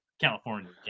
California